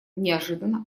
неожиданно